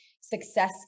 success